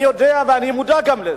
אני יודע ואני מודע גם לזה.